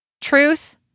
Truth